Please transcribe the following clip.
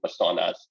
personas